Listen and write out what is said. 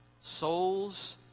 souls